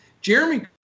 Jeremy